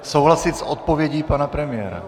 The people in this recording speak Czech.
Souhlasit s odpovědí pana premiéra?